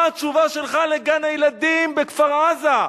מה התשובה שלך לגן-הילדים בכפר-עזה?